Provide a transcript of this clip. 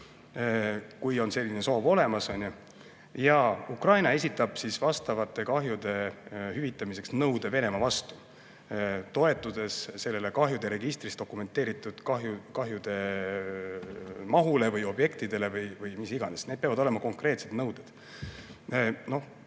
kui on selline soov olemas. Ukraina esitab teatud kahjude hüvitamiseks nõude Venemaa vastu, toetudes sellele kahjude registris dokumenteeritud kahjude mahule või objektidele või mis iganes. Need peavad olema konkreetsed nõuded.